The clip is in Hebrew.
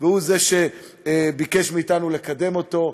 והוא זה שביקש מאתנו לקדם אותו,